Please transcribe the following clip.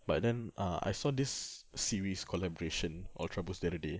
but then uh I saw this series collaboration ultraboost the other day